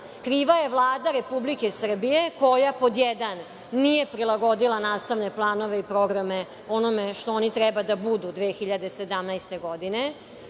Kriva je Vlada Republike Srbije koja pod jedan nije prilagodila nastavne planove i programe onome što oni treba da budu 2017. godine,